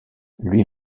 lui